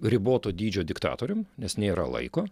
riboto dydžio diktatorium nes nėra laiko